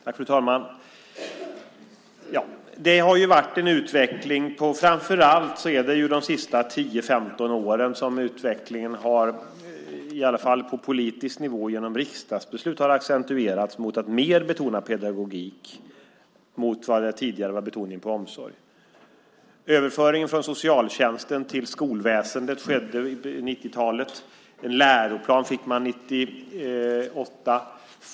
Fru talman! Det har ju varit en utveckling, och framför allt är det de senaste 10-15 åren som utvecklingen, i alla fall på politisk nivå genom riksdagsbeslut, har accentuerats mot att mer betona pedagogik jämfört med tidigare, då det var betoning på omsorg. Överföringen från socialtjänsten till skolväsendet skedde på 90-talet. En läroplan fick man 1998.